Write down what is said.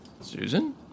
Susan